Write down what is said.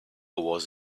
was